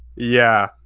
yeah,